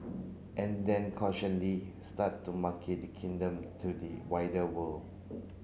and then start to market the kingdom to the wider world